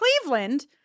Cleveland